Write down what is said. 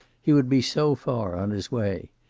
he would be so far on his way.